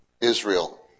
Israel